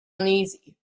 uneasy